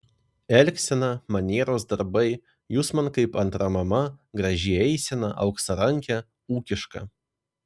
elgsena manieros darbai jūs man kaip antra mama graži eisena auksarankė ūkiška